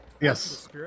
Yes